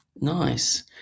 nice